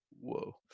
whoa